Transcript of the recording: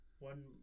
One